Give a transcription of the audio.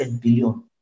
billion